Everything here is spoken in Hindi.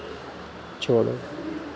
छोड़ो